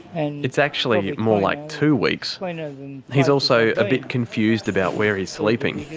and it's actually more like two weeks. you know he's also a bit confused about where he's sleeping,